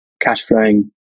cash-flowing